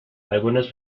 algunas